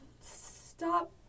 stop